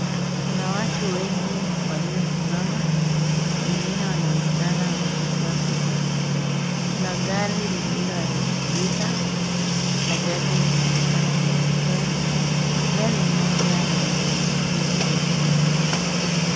Kuna watu wengi waliosimama. Wengine wanaonekana wakichukua picha. Kuna gari lililoharibika. Ajali inaonekana imetokea. Gari moja lina maandishi ya danger petroleum .